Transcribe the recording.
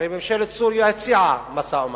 הרי ממשלת סוריה הציעה משא-ומתן.